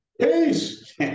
Peace